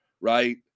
right